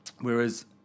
Whereas